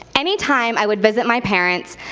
any time i would visit my parents,